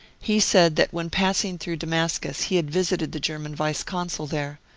he said that when passing through damascus he had visited the german vice-consul there,